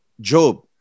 Job